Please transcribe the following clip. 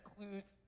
includes